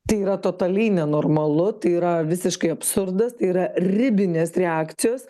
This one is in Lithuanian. tai yra totaliai nenormalu tai yra visiškai absurdas tai yra ribinės reakcijos